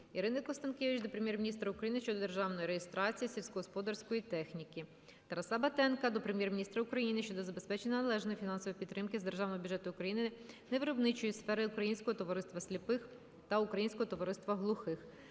Ірини Констанкевич до Прем'єр-міністра України щодо державної реєстрації сільськогосподарської техніки. Тараса Батенка до Прем'єр-міністра України щодо забезпечення належної фінансової підтримки з Державного бюджету України невиробничої сфери Українського товариства сліпих та Українського товариства глухих.